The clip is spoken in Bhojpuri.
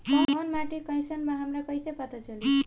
कोउन माटी कई सन बा हमरा कई से पता चली?